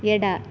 ಎಡ